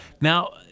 now